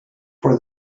for